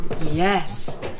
Yes